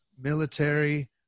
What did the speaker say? military